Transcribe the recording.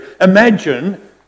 Imagine